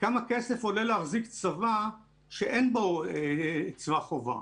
כמה כסף עולה להחזיק צבא שאין בו צבא חובה,